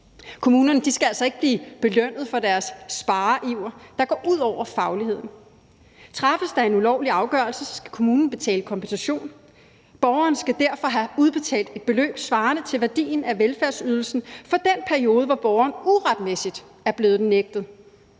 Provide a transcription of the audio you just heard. Kommunerne skal altså ikke blive belønnet for deres spareiver, der går ud over fagligheden. Træffes der en ulovlig afgørelse, skal kommunen betale kompensation. Borgeren skal derfor have udbetalt et beløb svarende til værdien af velfærdsydelsen for den periode, hvor borgeren uretmæssigt er blevet den nægtet,